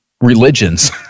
religions